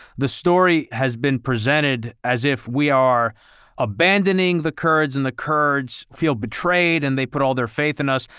the story has been presented as if we are abandoning the kurds and the kurds feel betrayed and they put all their faith in us.